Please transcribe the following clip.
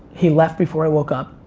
he left before i woke up.